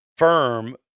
firm